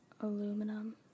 Aluminum